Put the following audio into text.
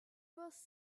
was